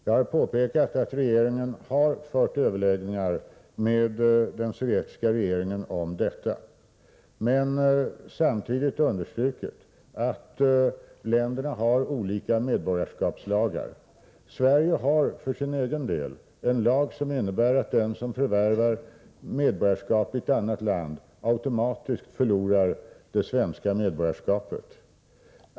Jag har påpekat att regeringen har fört överläggningar med den sovjetiska regeringen om detta men samtidigt understrukit att länderna har olika medborgarskapslagar. Sverige har för sin egen del en lag som innebär att den som förvärvar medborgarskap i ett annat land automatiskt förlorar det svenska medborgarskapet.